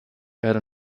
werde